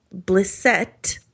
Blissett